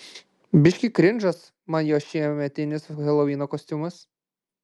biškį krindžas man jo šiemetinis helovyno kostiumas